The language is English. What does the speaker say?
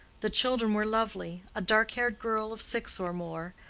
the children were lovely a dark-haired girl of six or more,